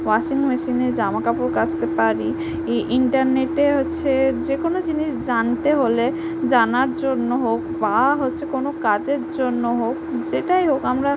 washing মেশিনে জামা কাপড় কাচতে পারি ইন্টারনেটে হচ্ছে যে কোনো জিনিস জানতে হলে জানার জন্য হোক বা হচ্ছে কোনো কাজের জন্য হোক যেটাই হোক আমরা